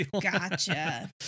Gotcha